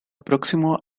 próximo